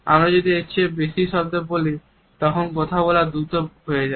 আমরা যদি এর চেয়ে আরো বেশি শব্দ বলি তখন কথা বলা খুব দ্রুত হয়ে যায়